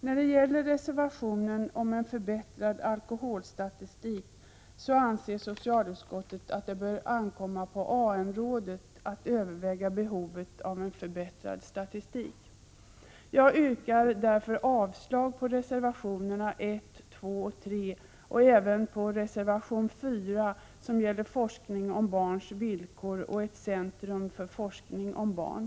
När det gäller reservationen om en förbättrad alkoholstatistik anser socialutskottet att det bör ankomma på AN-rådet att överväga behovet av en förbättrad alkoholstatistik. Jag yrkar därför avslag på reservationerna 1, 2, 3 och även 4 som gäller — Prot. 1986/87:131 forskning om barns villkor och ett centrum för forskning om barn.